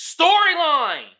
Storyline